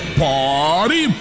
party